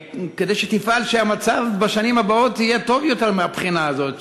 כדי שתפעל שהמצב בשנים הבאות יהיה טוב יותר מהבחינה הזאת,